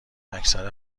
اکثر